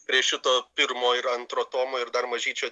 prie šito pirmo ir antro tomo ir dar mažyčio